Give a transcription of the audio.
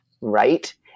Right